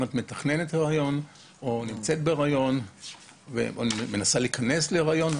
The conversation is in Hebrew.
אם אישה מתכננת היריון או נמצאת בהיריון או מנסה להיכנס להיריון,